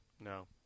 No